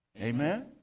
Amen